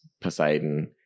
Poseidon